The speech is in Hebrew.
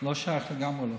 לא שייך, לגמרי לא.